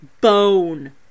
bone